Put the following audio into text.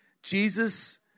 Jesus